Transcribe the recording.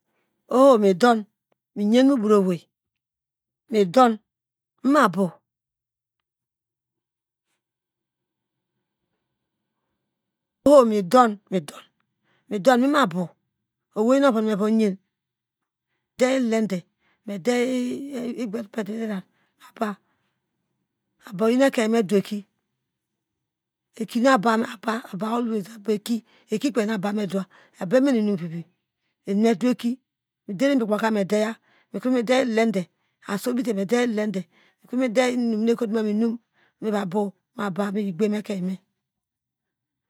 Oho midon miyan mobuo owei midon mima bow < oho midon mimabow owei nu ovan me vayen me diye uelede me diye apapa aba oyen ekein me do eki eki na aba naka eki kpei nu aba me dowa mimene inum vivi eni medo eki midier ibiakpa ka mediya mekro madiye ilelede asu obite me diye ilelede mikre midiye inum no ekoto mainum ekuno me bow mu aba miyin gbemu ekien no.